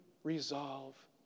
Resolve